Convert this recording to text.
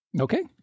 Okay